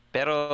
Pero